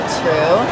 true